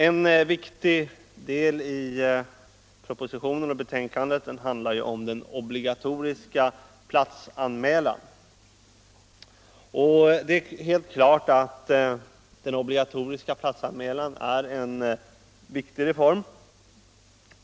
En viktig del i propositionen och betänkandet handlar om den obligatoriska platsanmälan. Det är helt klart att denna är en viktig reform.